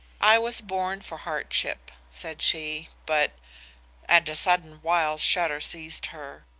i was born for hardship said she, but and a sudden wild shudder seized her,